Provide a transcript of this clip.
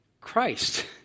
Christ